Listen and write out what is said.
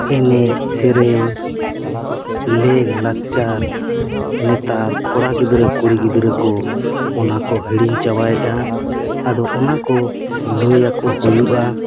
ᱮᱱᱮᱡ ᱥᱮᱨᱮᱧ ᱞᱮᱜᱽᱞᱟᱠᱪᱟᱨ ᱱᱮᱛᱟᱨ ᱠᱚᱲᱟ ᱜᱤᱫᱽᱨᱟᱹ ᱠᱩᱲᱤ ᱜᱤᱫᱽᱨᱟᱹ ᱠᱚ ᱚᱱᱟ ᱠᱚ ᱦᱤᱲᱤᱧ ᱪᱟᱵᱟᱭᱮᱫᱼᱟ ᱟᱫᱚ ᱚᱱᱟ ᱠᱚ ᱞᱟᱹᱭᱟᱠᱚ ᱦᱩᱭᱩᱜᱼᱟ